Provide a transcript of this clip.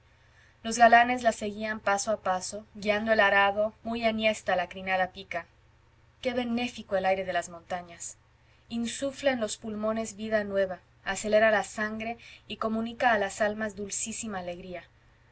los galanes las seguían paso a paso guiando el arado muy enhiesta la crinada pica qué benéfico el aire de las montañas insufla en los pulmones vida nueva acelera la sangre y comunica a las almas dulcísima alegría